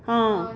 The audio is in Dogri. हां